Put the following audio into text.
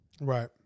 Right